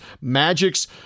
Magic's